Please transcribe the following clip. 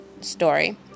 story